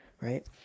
Right